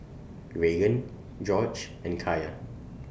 Raegan Gorge and Kaya